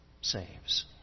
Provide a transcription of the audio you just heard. saves